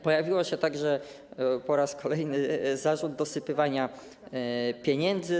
Pojawił się także po raz kolejny zarzut dosypywania pieniędzy.